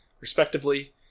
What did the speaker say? respectively